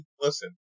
Listen